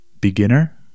beginner